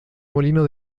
molino